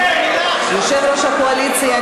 יושב-ראש הקואליציה,